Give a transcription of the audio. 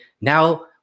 now